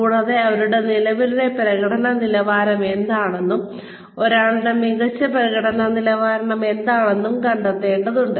കൂടാതെ അവരുടെ നിലവിലെ പ്രകടന നിലവാരം എന്താണെന്നും അവരുടെ മികച്ച പ്രകടന നിലവാരം എന്താണെന്നും കണ്ടെത്തേണ്ടതുണ്ട്